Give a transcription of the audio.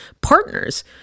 partners